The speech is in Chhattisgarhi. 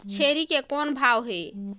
छेरी के कौन भाव हे?